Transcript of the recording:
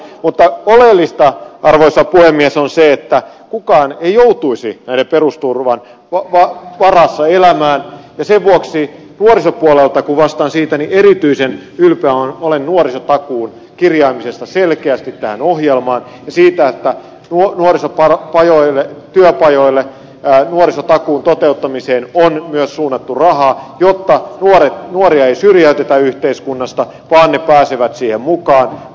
mutta oleellista arvoisa puhemies on se että kukaan ei joutuisi perusturvan varassa elämään ja sen vuoksi nuorisopuolelta kun vastaan siitä erityisen ylpeä olen nuorisotakuun kirjaamisesta selkeästi tähän ohjelmaan ja siitä että voimme lisätä ja joimme työtä nuorison työpajoille nuorisotakuun toteuttamiseen on myös suunnattu rahaa jotta nuoria ei syrjäytetä yhteiskunnasta vaan he pääsevät siihen mukaan